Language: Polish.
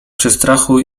przestrachu